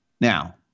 Now